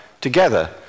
together